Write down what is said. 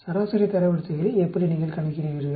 சராசரி தரவரிசைகளை எப்படி நீங்கள் கணக்கிடுவீர்கள்